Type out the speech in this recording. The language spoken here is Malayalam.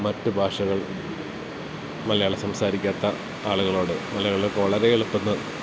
മറ്റ് ഭാഷകൾ മലയാളം സംസാരിക്കാത്ത ആളുകളോട് മലയാളികൾക്ക് വളരെ എളുപ്പം തന്നെ